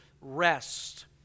rest